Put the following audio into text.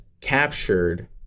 captured